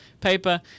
paper